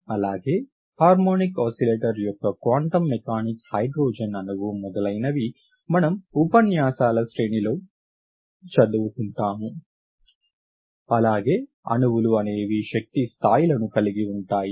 అలాగే harmonic oscillator యొక్క quantum mechanics hydrogen అణువు మొదలైనవి మనం ఉపన్యాసాల శ్రేణిలో చదువుకుంటాము అలాగే అణువులు అనేవి శక్తి స్థాయిలను కలిగి ఉంటాయి